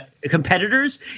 competitors